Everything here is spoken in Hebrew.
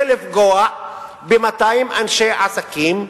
זה לפגוע ב-200 אנשי עסקים בטייבה.